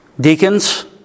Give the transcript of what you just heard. Deacons